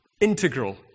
integral